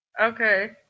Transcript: Okay